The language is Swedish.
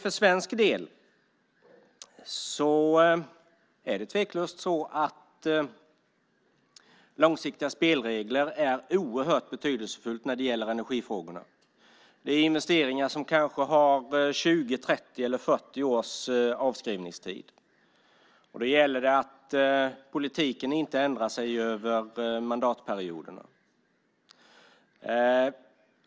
För svensk del är det oerhört betydelsefullt med långsiktiga spelregler när det gäller energifrågorna. Det är investeringar som kanske har 20, 30 eller 40 års avskrivningstid. Då gäller det att politiken inte ändrar sig över mandatperioderna.